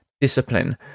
Discipline